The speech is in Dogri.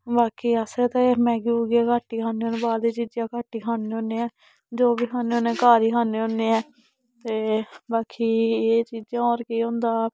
बाकी अस ते मैगी मूगी घट्ट ही खन्ने होन्ने बाह्र दी चीजां घट्ट ही खाने हुन्ने आं जो बी खाने होन्ने घर ही खाने हुन्ने आं ते बाकी एह् चीजां होर केह् होंदा